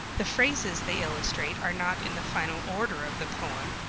the phrases they illustrate are not in the final order of the poem,